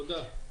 תודה.